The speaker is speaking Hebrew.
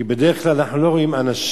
כי בדרך כלל אנחנו לא רואים אנשים,